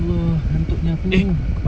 ngantuknya aku